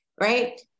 Right